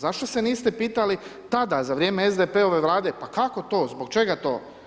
Zašto se niste pitali, tada za vrijeme SDP-ove vlade, pa kako to, zbog čega to.